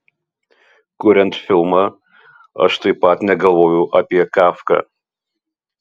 kuriant filmą aš taip pat negalvojau apie kafką